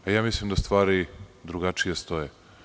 Ja mislim da stvari drugačije stoje.